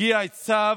הגיע צו,